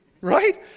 Right